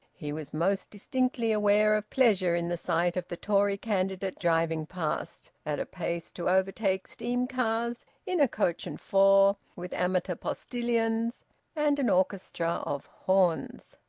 he was most distinctly aware of pleasure in the sight of the tory candidate driving past, at a pace to overtake steam-cars, in a coach-and-four, with amateur postilions and an orchestra of horns.